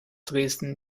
dresden